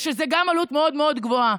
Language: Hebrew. שזו גם עלות מאוד מאוד גבוהה.